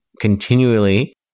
continually